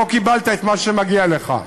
לא קיבלת את מה שמגיע לך.